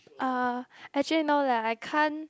uh actually no lah I can't